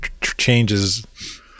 changes